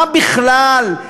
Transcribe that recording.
מה בכלל?